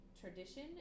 tradition